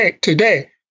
today